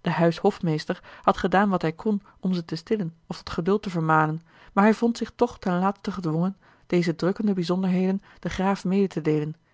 de huishofmeester had gedaan wat hij kon om ze te stillen of tot geduld te vermanen maar hij vond zich toch ten laatste gedwongen deze drukkende bijzonderheden den graaf mede te deelen